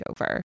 over